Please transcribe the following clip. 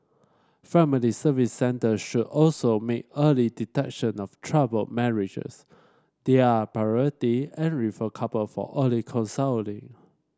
Family Service Centres should also make early detection of troubled marriages their priority and refer couple for early counselling